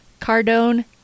Cardone